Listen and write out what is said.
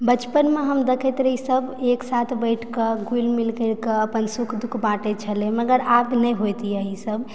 बचपनमे हम देखैत रही सब एकसाथ बैठिके घुलि मिल करिके अपन सुख दुःख बाँटैत छलय मगर आब नहि होइतए ईसभ